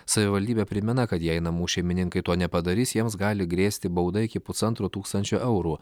savivaldybė primena kad jei namų šeimininkai to nepadarys jiems gali grėsti bauda iki pusantro tūkstančio eurų